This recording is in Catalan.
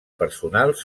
personals